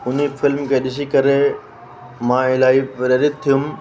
उन फ़िल्म खे ॾिसी करे मां इलाही प्रेरित थियुमि